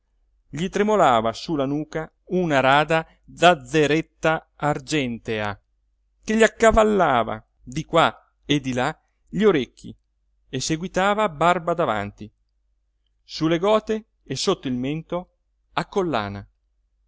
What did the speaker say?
gli tremolava su la nuca una rada zazzeretta argentea che gli accavallava di qua e di là gli orecchi e seguitava barba davanti su le gote e sotto il mento a collana